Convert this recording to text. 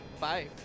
Bye